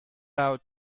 out